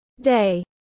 day